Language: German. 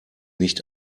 nicht